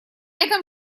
этом